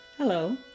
Hello